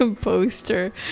poster